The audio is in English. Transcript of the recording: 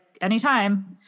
anytime